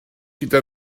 gyda